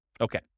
Okay